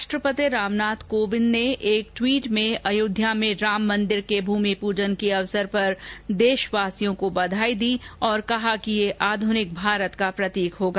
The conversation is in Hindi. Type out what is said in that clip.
राष्ट्रपति रामनाथ कोविंद ने एक ट्वीट में अयोध्या में राम मन्दिर के भूमि पूजन के अवसर पर देशवासियों को बधाई दी है और कहा कि ये आध्निक भारत का प्रतीक होगा